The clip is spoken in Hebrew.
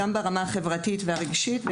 גם ברמה החברתית והרגשית,